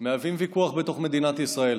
שמהווים ויכוח בתוך מדינת ישראל: